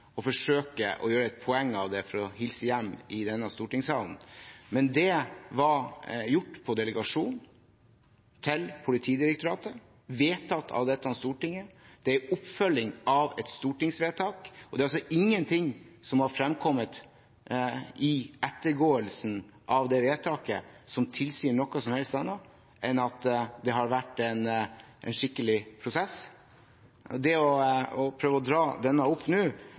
å forsøke å gjøre et poeng av det for å hilse hjem fra denne stortingssalen, men det ble gjort ved delegering til Politidirektoratet, vedtatt av dette Stortinget. Det er en oppfølging av et stortingsvedtak, og det er ingenting som har fremkommet når man har ettergått det vedtaket, som tilsier noe som helst annet enn at det har vært en skikkelig prosess. Det å prøve å få denne saken opp nå,